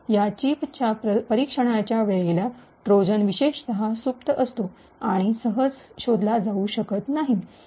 या चिपच्या परीक्षणाच्या वेळेला ट्रोजन विशेषतः सुप्त असतो आणि सहज शोधला जाऊ शकत नाही